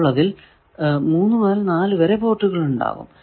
അപ്പോൾ അതിൽ 3 4 പോർട്ടുകൾ ഉണ്ടാകും